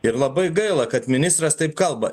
ir labai gaila kad ministras taip kalba